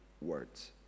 words